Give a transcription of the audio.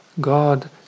God